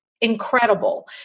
incredible